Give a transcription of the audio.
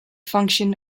function